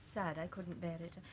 sad i couldn't bear it.